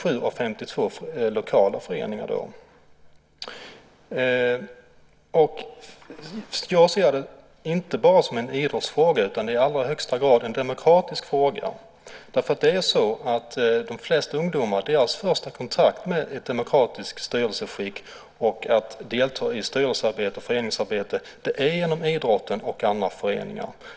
Jag ser detta inte bara som en idrottsfråga utan i allra högsta som en demokratisk fråga. De flesta ungdomars första kontakt med ett demokratiskt styrelseskick och med styrelsearbete och föreningsarbete är genom idrotten och andra föreningar.